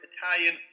Italian